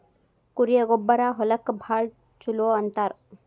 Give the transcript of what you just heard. ಕುರಿಯ ಗೊಬ್ಬರಾ ಹೊಲಕ್ಕ ಭಾಳ ಚುಲೊ ಅಂತಾರ